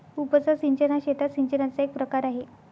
उपसा सिंचन हा शेतात सिंचनाचा एक प्रकार आहे